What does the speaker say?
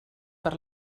per